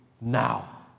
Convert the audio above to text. now